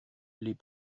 les